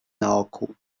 naokół